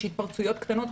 יש התפרצויות קטנות,